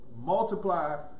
multiply